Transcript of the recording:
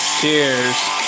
Cheers